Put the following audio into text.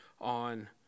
on